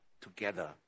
together